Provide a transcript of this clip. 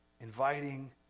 inviting